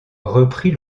reprit